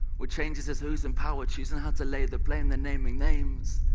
what changes is who's in power choosing how to lay the blame, they're naming names,